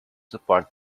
support